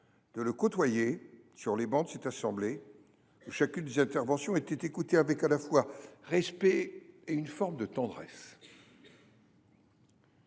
de le côtoyer sur les travées de cette assemblée, où chacune de ses interventions était toujours écoutée à la fois avec respect et une forme de tendresse.